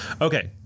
Okay